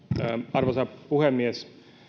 arvoisa puhemies